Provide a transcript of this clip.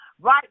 right